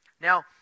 Now